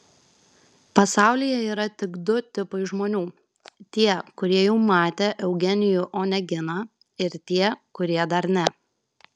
pasaulyje yra tik du tipai žmonių tie kurie jau matė eugenijų oneginą ir tie kurie dar ne